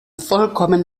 vollkommen